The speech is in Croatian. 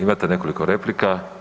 Imate nekoliko replika.